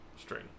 string